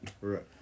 Right